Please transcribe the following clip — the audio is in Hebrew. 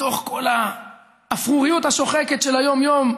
בתוך כל האפרוריות השוחקת של היום-יום,